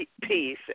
Peace